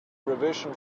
revision